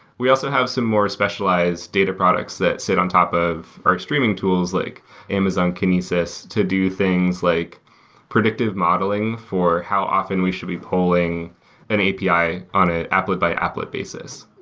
we also have some more specialized data products that sit on top of our streaming tools, like amazon kinesis to do things like predictive modeling for how often we should be pulling an api on an applet-by-applet basis,